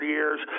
years